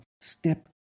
Step